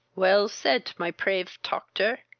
well said, my prave toctor,